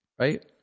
Right